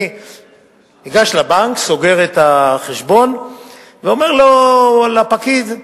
אני ניגש לבנק, סוגר את החשבון ואומר לו, לפקיד: